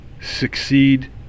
succeed